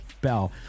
bell